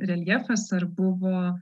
reljefas ar buvo